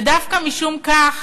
ודווקא משום כך